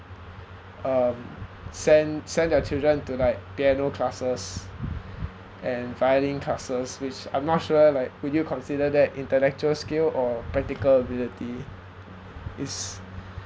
um send send their children to like piano classes and violin classes which I'm not sure like would you consider that intellectual skill or practical ability is